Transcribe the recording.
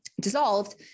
dissolved